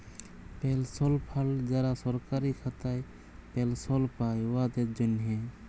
পেলশল fund যারা সরকারি খাতায় পেলশল পায়, উয়াদের জ্যনহে